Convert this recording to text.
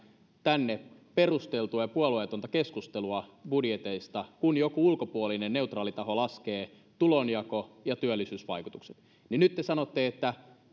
tänne perusteltua ja puolueetonta keskustelua budjeteista kun joku ulkopuolinen neutraali taho laskee tulonjako ja työllisyysvaikutukset niin nyt te sanotte